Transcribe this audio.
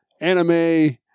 anime